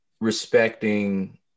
respecting